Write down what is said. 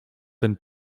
ten